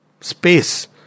space